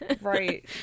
Right